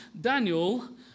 Daniel